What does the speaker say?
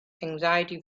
anxiety